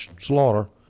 slaughter